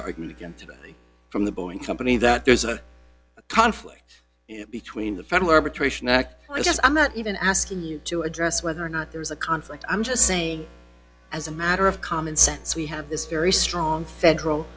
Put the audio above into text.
argument again today from the boeing company that there's a conflict between the federal arbitration act i guess i'm not even asking you to address whether or not there is a conflict i'm just saying as a matter of common sense we have this very strong federal